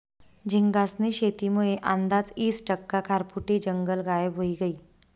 झींगास्नी शेतीमुये आंदाज ईस टक्का खारफुटी जंगल गायब व्हयी गयं